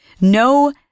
no